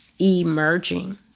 emerging